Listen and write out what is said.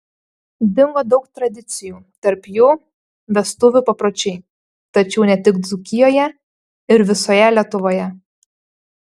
dingo daug tradicijų tarp jų vestuvių papročiai tačiau ne tik dzūkijoje ir visoje lietuvoje